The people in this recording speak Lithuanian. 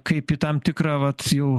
kaip į tam tikrą vat jau